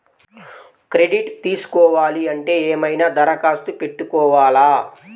Credit తీసుకోవాలి అంటే ఏమైనా దరఖాస్తు పెట్టుకోవాలా?